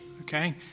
Okay